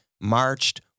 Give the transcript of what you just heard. Marched